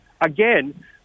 again